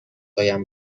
هایم